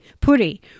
Puri